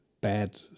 bad